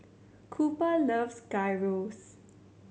Cooper loves Gyros